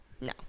no